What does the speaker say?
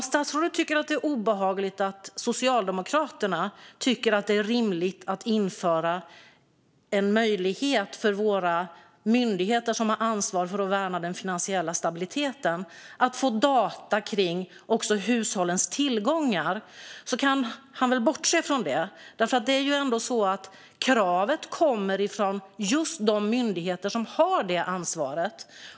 Om statsrådet tycker att det är obehagligt att Socialdemokraterna tycker att det är rimligt att införa en möjlighet för myndigheter med ansvar för att värna den finansiella stabiliteten att också få data på hushållens tillgångar kan han väl bortse från det. Det är ju ändå så att kravet kommer från just de myndigheter som har det ansvaret.